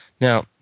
now